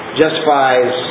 justifies